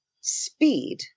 speed